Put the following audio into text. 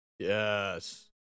Yes